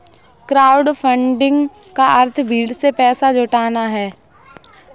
crowdfunding का अर्थ भीड़ से पैसा जुटाना है